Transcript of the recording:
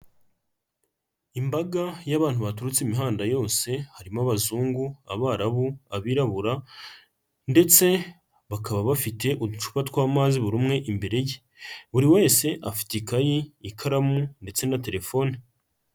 Imbaga y'abantu baturutse imihanda yose, harimo abazungu, abarabu, abirabura ndetse bakaba bafite uducupa tw'amazi buri umwe imbere ye, buri wese afate ikayi, ikaramu ndetse na telefone.